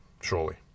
surely